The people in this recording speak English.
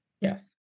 Yes